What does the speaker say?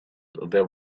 there